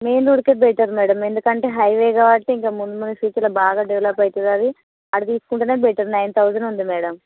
main రోడ్డుకే better madam ఎందుకంటే highway కాబట్టి ఇంక ముందు ముందు సిటీలో బాగా డెవలప్ అవుతుంది అది అటు తీసుకుంటేనే బెటర్ నైన్ థౌజండ్ ఉంది మేడం